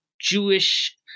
Jewish –